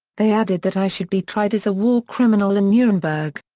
they added that i should be tried as a war criminal in nurenberg.